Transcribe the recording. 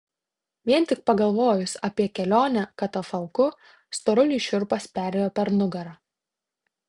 vien tik pagalvojus apie kelionę katafalku storuliui šiurpas perėjo per nugarą